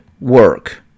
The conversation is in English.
work